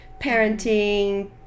parenting